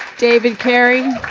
david kerry.